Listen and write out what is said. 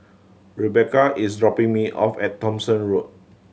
Rebecca is dropping me off at Thomson Road